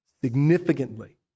significantly